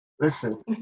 Listen